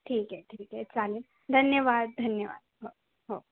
ठीक आहे ठीक आहे चालेल धन्यवाद धन्यवाद हो हो